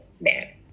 man